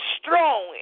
strong